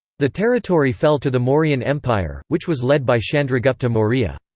the territory fell to the mauryan empire, which was led by chandragupta maurya.